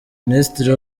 minisitiri